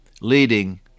leading